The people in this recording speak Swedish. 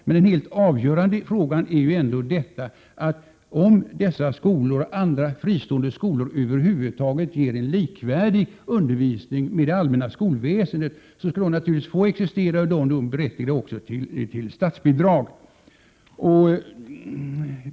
Men den helt avgörande frågan är ju ändå att om dessa skolor, och andra fristående skolor, över huvud taget ger en undervisning som är likvärdig med den i det allmänna skolväsendet, så skall de naturligtvis få existera och också vara berättigade till statsbidrag.